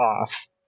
off